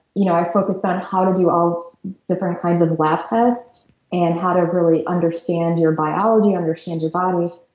you know i focused on how to do all different kinds of lab tests and how to really understand your biology, understand your body,